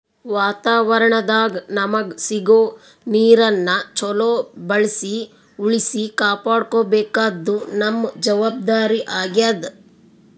ವಾತಾವರಣದಾಗ್ ನಮಗ್ ಸಿಗೋ ನೀರನ್ನ ಚೊಲೋ ಬಳ್ಸಿ ಉಳ್ಸಿ ಕಾಪಾಡ್ಕೋಬೇಕಾದ್ದು ನಮ್ಮ್ ಜವಾಬ್ದಾರಿ ಆಗ್ಯಾದ್